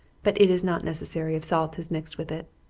but it is not necessary, if salt is mixed with it.